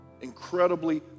Incredibly